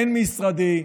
בין-משרדי,